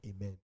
Amen